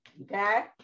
Okay